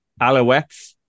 Alouettes